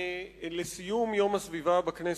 לסיום יום הסביבה בכנסת,